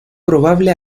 probable